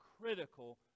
critical